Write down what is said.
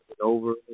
over